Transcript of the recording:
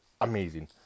Amazing